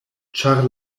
ĉar